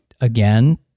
Again